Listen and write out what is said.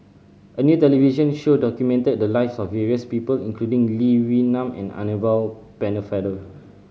a new television show documented the lives of various people including Lee Wee Nam and Annabel Pennefather